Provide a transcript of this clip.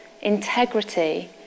integrity